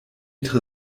tre